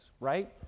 right